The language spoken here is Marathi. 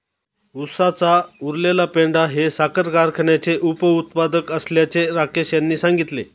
उसाचा उरलेला पेंढा हे साखर कारखान्याचे उपउत्पादन असल्याचे राकेश यांनी सांगितले